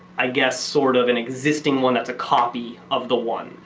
i guess sort of an existing one that's a copy of the one.